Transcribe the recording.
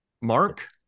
Mark